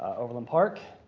overland park.